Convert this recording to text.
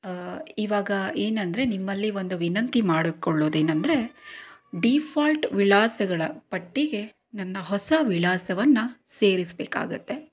ಇವಾಗ ಏನೆಂದ್ರೆ ನಿಮ್ಮಲ್ಲಿ ಒಂದು ವಿನಂತಿ ಮಾಡ್ಕೊಳ್ಳೋದು ಏನೆಂದ್ರೆ ಡೀಫಾಲ್ಟ್ ವಿಳಾಸಗಳ ಪಟ್ಟಿಗೆ ನನ್ನ ಹೊಸ ವಿಳಾಸವನ್ನು ಸೇರಿಸ್ಬೇಕಾಗತ್ತೆ